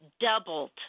doubled